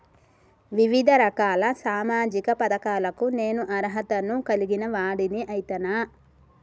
వివిధ రకాల సామాజిక పథకాలకు నేను అర్హత ను కలిగిన వాడిని అయితనా?